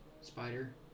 spider